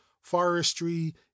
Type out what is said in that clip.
forestry